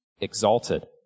exalted